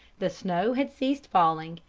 the snow had ceased falling,